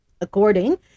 According